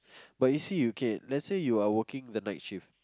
but you see okay let's say you are working the night shift